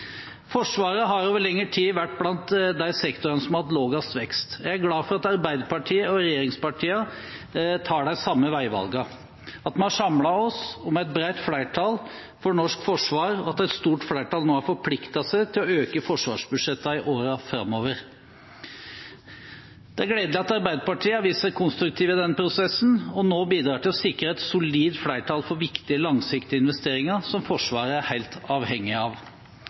Forsvaret har over lengre tid vært blant de sektorene som har hatt lavest vekst. Jeg er glad for at Arbeiderpartiet og regjeringspartiene tar de samme veivalgene – at vi har samlet oss i et bredt flertall for norsk forsvar, og at et stort flertall nå har forpliktet seg til å øke forsvarsbudsjettene i årene framover. Det er gledelig at Arbeiderpartiet har vist seg konstruktiv i denne prosessen og nå bidrar til å sikre et solid flertall for viktige langsiktige investeringer som Forsvaret er helt avhengig av.